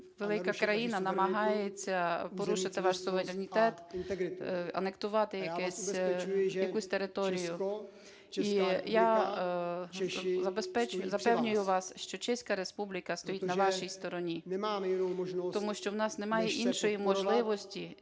велика країна намагається порушити ваш суверенітет, анексувати якусь територію. І я запевнюю вас, що Чеська Республіка стоїть на вашій стороні. Тому що у нас немає іншої можливості